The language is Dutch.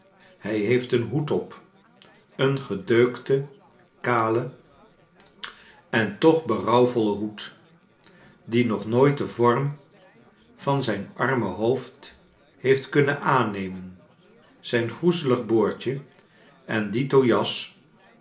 hij heeft een hoed op een gedeukten kalen en toch een berouwvollen hoed die nog nooit den vorrn van zijn arme hoofd heeft kunnen aannemen zijn groezelig boordje en dito jas